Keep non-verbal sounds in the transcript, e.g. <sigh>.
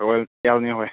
<unintelligible> ꯍꯣꯏ